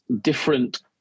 different